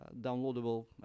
downloadable